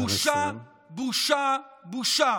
בושה, בושה, בושה